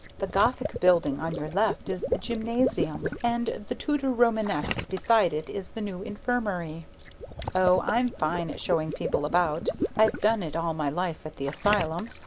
the gothic building on your left is the gymnasium, and the tudor romanesque beside it is the new infirmary oh, i'm fine at showing people about. i've done it all my life at the asylum,